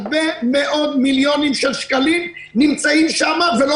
הרבה מאות מיליונים של שקלים נמצאים שם ולא